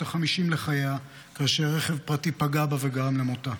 החמישים לחייה כאשר רכב פרטי פגע בה וגרם למותה.